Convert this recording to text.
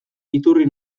iturri